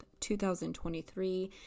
2023